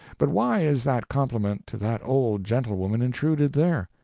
but why is that compliment to that old gentlewoman intruded there?